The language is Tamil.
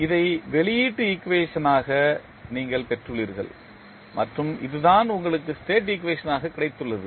இதை வெளியீட்டு ஈக்குவேஷனாக நீங்கள் பெற்றுள்ளீர்கள் மற்றும் இதுதான் உங்களுக்கு ஸ்டேட் ஈக்குவேஷனாக கிடைத்துள்ளது